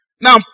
Now